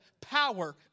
power